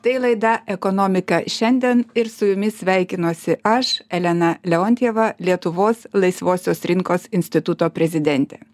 tai laida ekonomika šiandien ir su jumis sveikinuosi aš elena leontjeva lietuvos laisvosios rinkos instituto prezidentė